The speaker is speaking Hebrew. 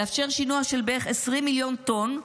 לאפשר שינוע של בערך 20 מיליון טונות,